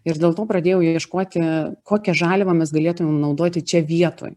ir dėl to pradėjau ieškoti kokią žaliavą mes galėtumėm naudoti čia vietoj